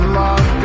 love